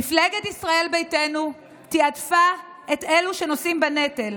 מפלגת ישראל ביתנו תיעדפה את אלה שנושאים בנטל,